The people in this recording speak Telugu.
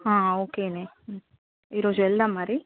ఓకే ఈరోజు వెళదాం మరి